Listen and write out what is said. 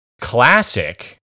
classic